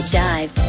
dive